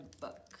book